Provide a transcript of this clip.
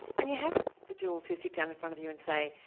and you have the jules who sit down in front of you and say,